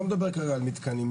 לא מדבר כרגע על מתקנים.